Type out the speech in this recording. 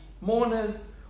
mourners